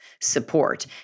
support